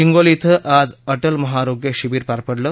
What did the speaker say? हिंगोली आज अटल महाआरोग्य शिबिर पार पडलं